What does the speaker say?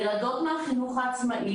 ילדות מהחינוך העצמאי,